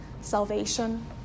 salvation